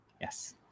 Yes